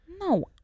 No